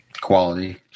Quality